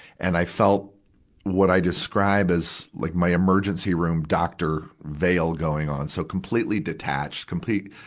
and i felt what i describe as like my emergency room doctor veil going on. so completely detached, complete,